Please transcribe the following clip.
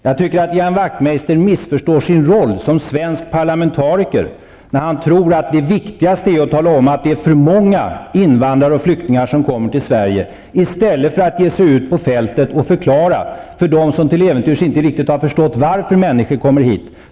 Jag tycker att Ian Wachtmeister missförstår sin roll såsom svensk parlamentariker, när han tror att det viktigaste är att tala om att för många invandrare och flyktingar kommer till Sverige i stället för att ge sig ut på fältet och förklara för dem som till äventyrs inte riktigt har förstått varför människor kommit hit.